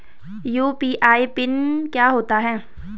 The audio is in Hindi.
यु.पी.आई पिन क्या होता है?